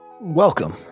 Welcome